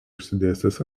išsidėstęs